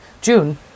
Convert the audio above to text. June